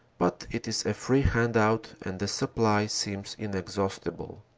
but it is a free hand-out and the supply seems inexhaustible.